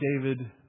David